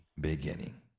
beginning